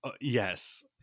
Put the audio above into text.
Yes